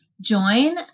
join